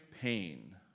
pain